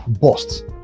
bust